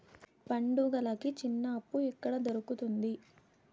పండుగలకి చిన్న అప్పు ఎక్కడ దొరుకుతుంది